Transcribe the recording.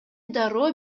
дароо